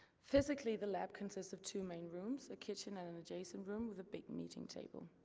physically the lab consists of two main rooms a kitchen and an adjacent room with a big meeting table.